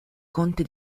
conte